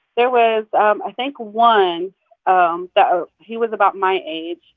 there was um i think one um that he was about my age.